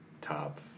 top